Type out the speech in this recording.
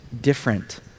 different